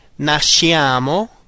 nasciamo